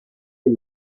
del